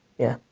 yeah.